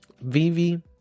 Vivi